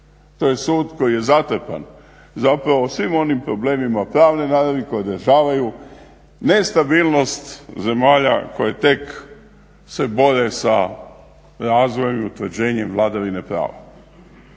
To je sud koji je zatrpan zapravo svim onim problemima pravne naravi koje održavaju nestabilnost zemalja koje tek se bore sa razvojem i utvrđenje vladavine prava.